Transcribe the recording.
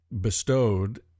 bestowed